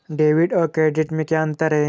Debit और credit में क्या अंतर है?